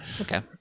Okay